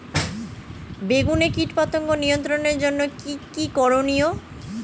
বেগুনে কীটপতঙ্গ নিয়ন্ত্রণের জন্য কি কী করনীয়?